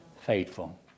Faithful